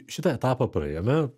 šitą etapą praėjome